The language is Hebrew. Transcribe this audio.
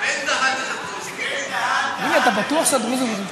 בן-דהן את הדרוזים, בן-דהן את הדרוזים.